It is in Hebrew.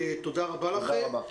תודה רבה לכם.